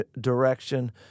direction